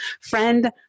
friend